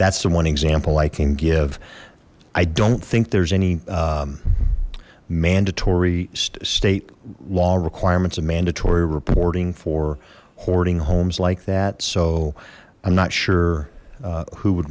that's the one example i can give i don't think there's any mandatory state law requirements of mandatory reporting for hoarding homes like that so i'm not sure who would